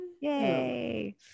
Yay